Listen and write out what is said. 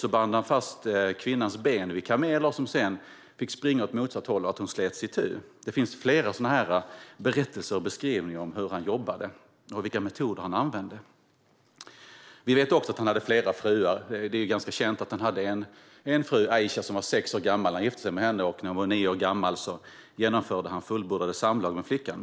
Han band fast kvinnans ben vid kameler som sedan fick springa åt motsatt håll så att hon slets itu. Det finns flera sådana här berättelser om och beskrivningar av hur han jobbade och vilka metoder han använde. Vi vet också att han hade flera fruar. Det är ganska känt att han hade en fru, Aisha, som var sex år gammal när han gifte sig med henne. När hon var nio år gammal genomförde han fullbordade samlag med flickan.